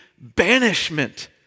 banishment